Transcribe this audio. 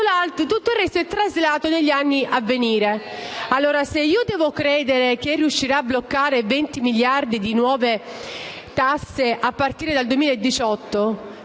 tutto il resto è traslato negli anni avvenire. Se devo credere che riuscirà a bloccare 20 miliardi di nuove tasse a partire dal 2018,